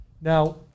Now